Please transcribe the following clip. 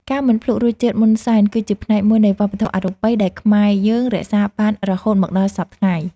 ការមិនភ្លក្សរសជាតិមុនសែន គឺជាផ្នែកមួយនៃវប្បធម៌អរូបីដែលខ្មែរយើងរក្សាបានរហូតមកដល់សព្វថ្ងៃ។